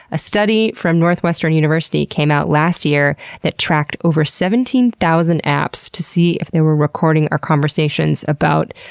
a study from northwestern university came out last year that tracked over seventeen thousand apps to see if they were recording our conversations about,